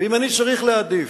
ואם אני צריך להעדיף,